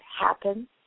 happen